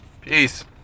Peace